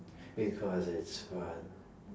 because it's fun